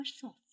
soft